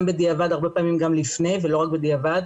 גם בדיעבד, הרבה פעמים גם לפני ולא רק בדיעבד.